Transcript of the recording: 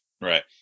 right